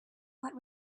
what